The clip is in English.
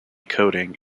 coating